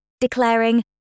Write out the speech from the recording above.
declaring